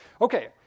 Okay